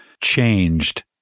changed